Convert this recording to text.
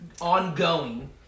Ongoing